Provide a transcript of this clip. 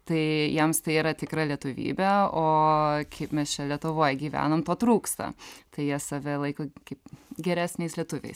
tai jiems tai yra tikra lietuvybė o kaip mes čia lietuvoj gyvenam to trūksta tai jie save laiko kaip geresniais lietuviais